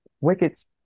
wicket's